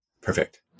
Perfect